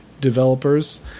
developers